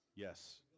Yes